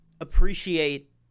appreciate